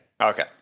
Okay